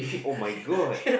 oh my god